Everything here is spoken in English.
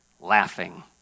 laughing